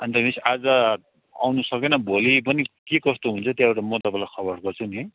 अनि त मिस आज आउनु सकेन भोलि पनि के कस्तो हुन्छ त्यहाँबाट म तपाईँलाई खबर गर्छु नि है